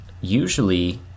Usually